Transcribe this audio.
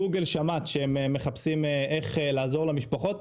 גוגל, שמעת שהם מחפשים איך לעזור למשפחות.